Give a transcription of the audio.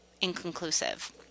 inconclusive